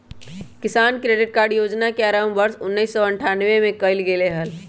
किसान credit card योजना के आरंभ वर्ष उन्नीसौ अठ्ठान्नबे में कइल गैले हल